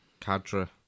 Kadra